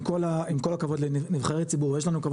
עם כל הכבוד לנבחרי ציבור ויש לנו כבוד